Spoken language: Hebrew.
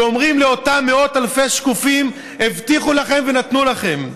ואומרים לאותם מאות אלפי שקופים: הבטיחו לכם ונתנו לכם.